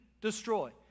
destroy